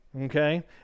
okay